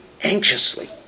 anxiously